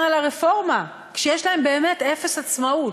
על הרפורמה כשיש להם באמת אפס עצמאות.